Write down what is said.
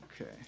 Okay